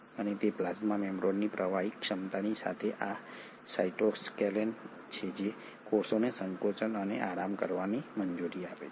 અને તે પ્લાઝ્મા મેમ્બ્રેનની પ્રવાહી ક્ષમતાની સાથે આ સાઇટોસ્કેલેટન છે જે કોષને સંકોચન અને આરામ કરવાની મંજૂરી આપે છે